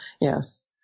Yes